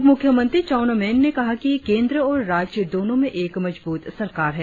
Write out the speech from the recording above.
उपमुख्यमंत्री चाउना मेन ने कहा कि केंद्र और राज्य दोनों में एक मजबूत सरकार है